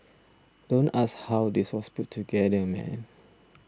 don't ask how this was put together man